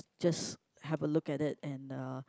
just have a look at it and uh